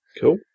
Cool